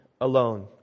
alone